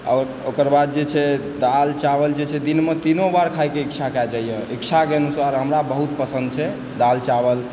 आओर ओकर बाद जे छै दालि चावल जे छै दिनमे तीनो बार खाइके इच्छा भै जाइए इच्छाके अनुसार हमरा बहुत पसन्द छै दालि चावल